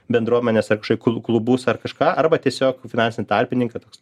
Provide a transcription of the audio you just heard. bendruomenės ar kažkokį klu klubus ar kažką arba tiesiog finansinį tarpininką toks